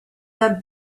their